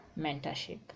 mentorship